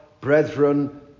Brethren